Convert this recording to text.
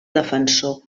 defensor